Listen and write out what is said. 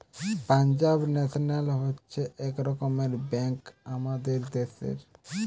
Punjab national হচ্ছে এক রকমের ব্যাঙ্ক আমাদের দ্যাশের